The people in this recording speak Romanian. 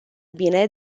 bine